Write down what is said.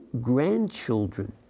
grandchildren